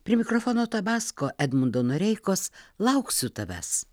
prie mikrofono tabasko edmundo noreikos lauksiu tavęs